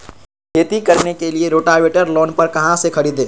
खेती करने के लिए रोटावेटर लोन पर कहाँ से खरीदे?